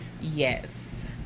Yes